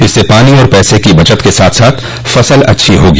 इससे पानी और पैसे की बचत के साथ साथ फसल अच्छी होगी